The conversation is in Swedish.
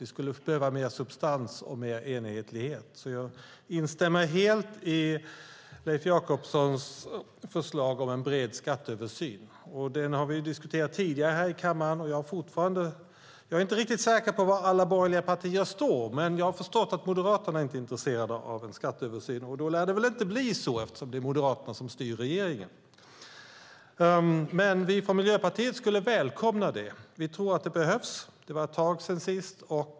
Vi skulle behöva mer substans och mer enhetlighet, så jag instämmer helt i Leif Jakobssons förslag om en bred skatteöversyn. Det har vi diskuterat tidigare här i kammaren. Jag är inte riktigt säker på var alla borgerliga partier står, men jag har förstått att Moderaterna inte är intresserade av en skatteöversyn. Då lär det väl inte bli en sådan eftersom det är Moderaterna som styr i regeringen. Men vi från Miljöpartiet skulle välkomna det. Vi tror att det behövs. Det var ett tag sedan sist.